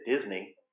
Disney